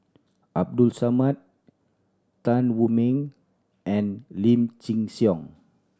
Abdul Samad Tan Wu Meng and Lim Chin Siong